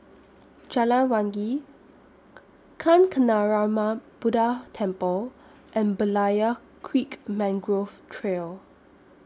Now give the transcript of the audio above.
Jalan Wangi Kancanarama Buddha Temple and Berlayer Creek Mangrove Trail